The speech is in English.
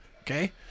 okay